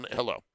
Hello